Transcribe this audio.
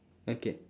okay